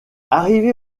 arrivé